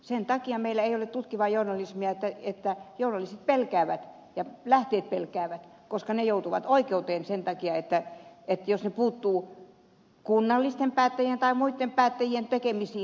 sen takia meillä ei ole tutkivaa journalismia että journalistit pelkäävät ja lähteet pelkäävät koska he joutuvat oikeuteen sen takia jos he puuttuvat kunnallisten päättäjien tai muitten päättäjien tekemisiin